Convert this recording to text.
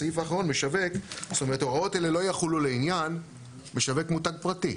בסעיף האחרון: "הוראות אלה לא יחולו לעניין משווק מותג פרטי".